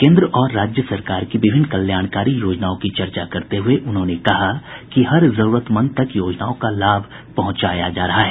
केन्द्र और राज्य सरकार की विभिन्न कल्याणकारी योजनाओं की चर्चा करते हुए उन्होंने कहा कि हर जरूरतमंद तक योजनाओं का लाभ पहुंचाया जा रहा है